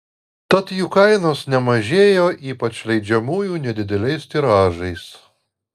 tad jų kainos nemažėjo ypač leidžiamųjų nedideliais tiražais